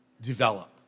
develop